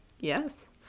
yes